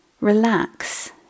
Relax